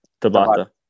Tabata